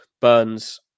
Burns